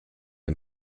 and